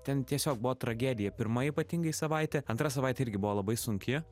ten tiesiog buvo tragedija pirma ypatingai savaitė antra savaitė irgi buvo labai sunki